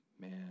Man